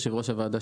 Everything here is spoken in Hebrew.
יושב-ראש הוועדה,